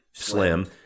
Slim